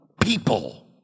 people